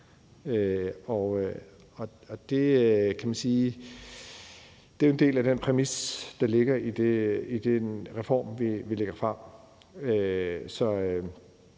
Det kan man sige er en del af den præmis, der ligger i den reform, vi lægger frem, så